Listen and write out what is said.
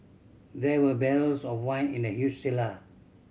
there were barrels of wine in the huge cellar